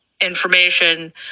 information